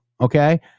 Okay